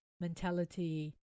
mentality